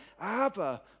Abba